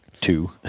two